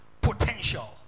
potential